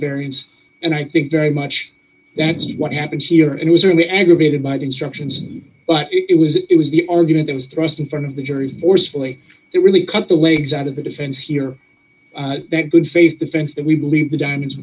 variance and i think very much that's what happened here and was really aggravated by the instructions but it was it was the argument that was thrust in front of the jury forcefully it really cut the legs out of the defense here that good faith defense that we believe the d